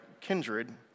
kindred